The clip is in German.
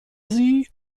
sie